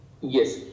Yes